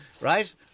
Right